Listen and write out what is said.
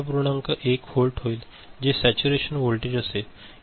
1 volt होईल जे saturation voltage असेल